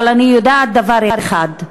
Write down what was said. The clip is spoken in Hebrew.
אבל אני יודעת דבר אחד,